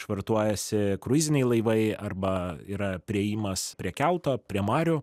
švartuojasi kruiziniai laivai arba yra priėjimas prie kelto prie marių